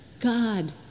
god